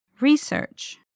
Research